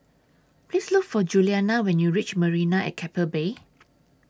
Please Look For Juliana when YOU REACH Marina At Keppel Bay